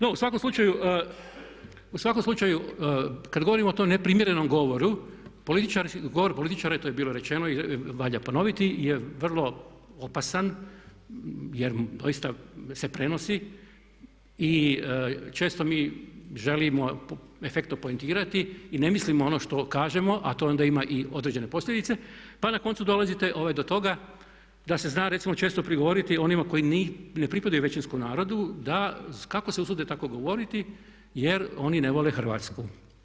No u svakom slučaju, kad govorimo to o neprimjerenom govoru, govor političara, to je bilo rečeno i valja ponoviti je vrlo opasan jer doista se prenosi i često mi želimo efektno poentirati i ne mislimo ono što kažemo a to onda ima i određene posljedice pa na koncu dolazite do toga da se zna recimo često prigovoriti onima koji ne pripadaju većinskom narodu da kako se usude tako govoriti jer oni ne vole Hrvatsku.